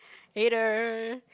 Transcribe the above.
hater